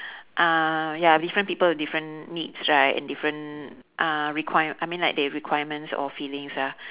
uh ya different people different needs right and different uh require~ I mean like they requirements or feelings ah